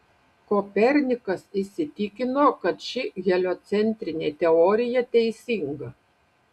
kopernikas įsitikino kad ši heliocentrinė teorija teisinga